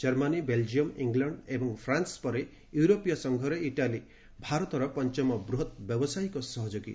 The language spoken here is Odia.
କର୍ମାନୀ ବେଲ୍ଜିୟମ୍ ଇଂଲଣ୍ଡ ଏବଂ ଫ୍ରାନ୍ସ ପରେ ୟୁରୋପୀୟ ସଂଘରେ ଇଟାଲୀ ଭାରତର ପଞ୍ଚମ ବୃହତ୍ ବ୍ୟାବସାୟିକ ସହଯୋଗୀ